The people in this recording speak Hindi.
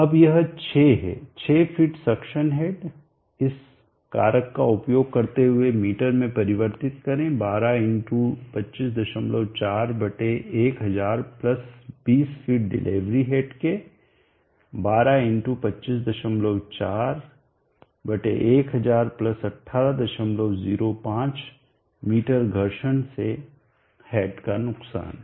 अब यह 6 है 6 फीट सक्शन हेड इस कारक का उपयोग करते हुए मीटर में परिवर्तित करें 12 254 1000 प्लस 20 फीट डिलीवरी हेड के 12 254 1000 प्लस 1805 मीटर घर्षण से हेड का नुकसान